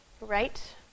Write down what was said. right